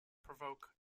provoke